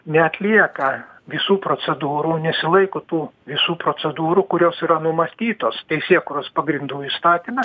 neatlieka visų procedūrų nesilaiko tų visų procedūrų kurios yra numatytos teisėkūros pagrindų įstatyme